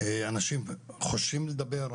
אנשים חוששים לדבר,